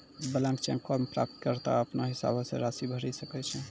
blank चेको मे प्राप्तकर्ता अपनो हिसाबो से राशि भरि सकै छै